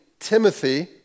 Timothy